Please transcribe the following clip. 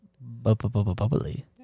Bubbly